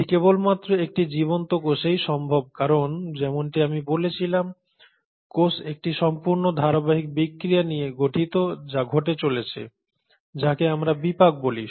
এটি কেবলমাত্র একটি জীবন্ত কোষেই সম্ভব কারণ যেমনটি আমি বলেছিলাম কোষ একটি সম্পূর্ণ ধারাবাহিক বিক্রিয়া নিয়ে গঠিত যা ঘটে চলেছে যাকে আমরা বিপাক বলি